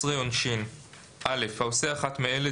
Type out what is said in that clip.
"עונשין 16.(א)העושה אחת מאלה,